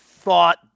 thought